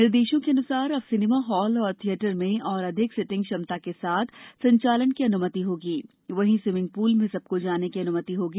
निर्देशों के अनुसार अब सिनेमा हॉल और थिएटरों में और अधिक सीटिंग क्षमता के साथ संचालन की अनुमति होगी वहीं स्वीमिंग पूल में सबको जाने की अनुमति होगी